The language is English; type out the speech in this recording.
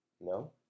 No